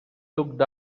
looked